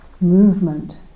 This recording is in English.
movement